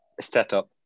setup